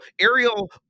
Ariel